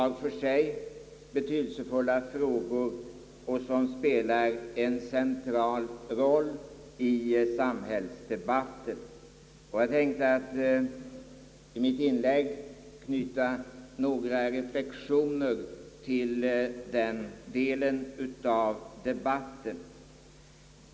De är var för sig betydelsefulla och spelar en central roll i samhällsdebatten. Jag tänkte i mitt inlägg knyta några reflexioner till den delen av diskussionen.